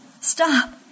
Stop